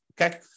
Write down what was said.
Okay